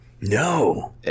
No